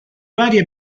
varie